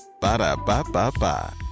Ba-da-ba-ba-ba